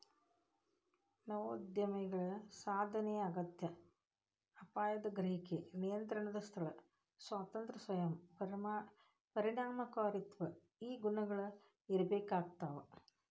ನವೋದ್ಯಮಿಗಳಿಗ ಸಾಧನೆಯ ಅಗತ್ಯ ಅಪಾಯದ ಗ್ರಹಿಕೆ ನಿಯಂತ್ರಣದ ಸ್ಥಳ ಸ್ವಾತಂತ್ರ್ಯ ಸ್ವಯಂ ಪರಿಣಾಮಕಾರಿತ್ವ ಈ ಗುಣಗಳ ಇರ್ಬೇಕಾಗ್ತವಾ